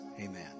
amen